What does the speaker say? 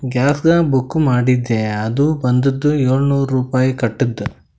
ಗ್ಯಾಸ್ಗ book ಮಾಡಿದ್ದೆ ಅದು ಬಂದುದ ಏಳ್ನೂರ್ ರುಪಾಯಿ ಕಟ್ಟುದ್